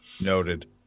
Noted